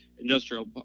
industrial